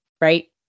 Right